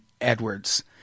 Edwards